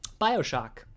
bioshock